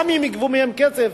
גם אם יגבו כסף,